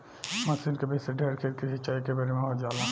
मसीन के विधि से ढेर खेत के सिंचाई एकेबेरे में हो जाला